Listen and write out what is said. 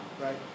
right